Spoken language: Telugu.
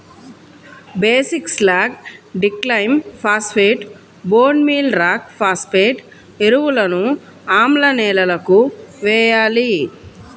బేసిక్ స్లాగ్, డిక్లైమ్ phosphate, bone meal rock phosphate ఎరువులను ఆమ్ల నేలలకు వేయాలి